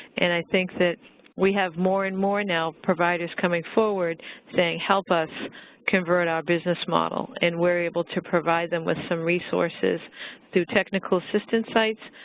and i think that we have more and more now providers coming forward saying help us convert our business model and we're able to provide them with some resources through technical assistance sites,